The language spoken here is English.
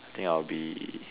I think I'll be